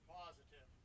positive